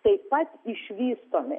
taip pat išvystomi